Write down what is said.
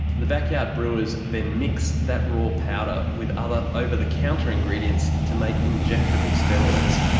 the backyard brewers then mix that raw powder with other over-the-counter ingredients to make injectable steroids.